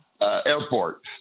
airport